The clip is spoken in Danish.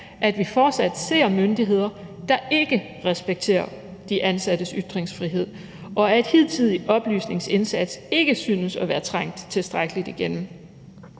at vi fortsat ser myndigheder, der ikke respekterer de ansattes ytringsfrihed, og at hidtidig oplysningsindsats ikke synes at være trængt tilstrækkeligt igennem.